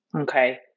Okay